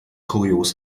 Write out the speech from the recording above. kurios